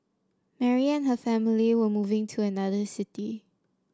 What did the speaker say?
Mary and her family were moving to another city